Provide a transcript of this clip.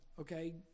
okay